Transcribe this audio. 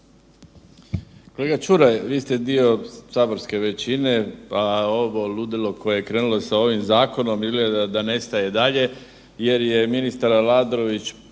Kolega Čuraj, vi ste dio saborske većine pa ovo ludilo koje je krenulo sa ovim zakonom izgleda da ne staje dalje jer je ministar Aladrović